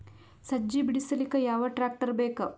ಸಜ್ಜಿ ಬಿಡಿಸಿಲಕ ಯಾವ ಟ್ರಾಕ್ಟರ್ ಬೇಕ?